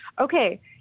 okay